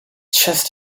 chest